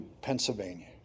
Pennsylvania